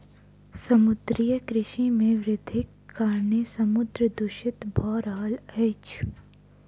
समुद्रीय कृषि मे वृद्धिक कारणेँ समुद्र दूषित भ रहल अछि